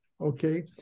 okay